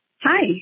Hi